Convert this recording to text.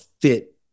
fit